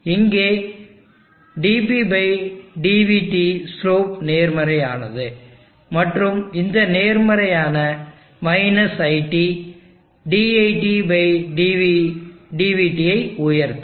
இங்கே dpdvT slope நேர்மறையானது மற்றும் இந்த நேர்மறையான - iT diTdvT ஐ உயர்த்தும்